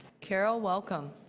carol, welcome.